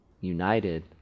united